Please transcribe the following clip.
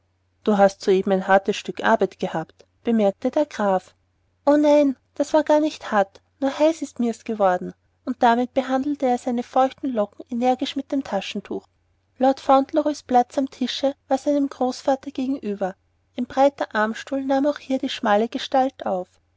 du hast soeben ein hartes stück arbeit gehabt bemerkte der graf o nein das war gar nicht hart nur heiß ist mir's geworden und damit behandelte er seine feuchten locken energisch mit dem taschentuche lord fauntleroys platz am tische war seinem großvater gegenüber ein breiter armstuhl nahm auch hier die schmale gestalt auf